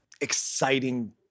exciting